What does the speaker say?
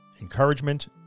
encouragement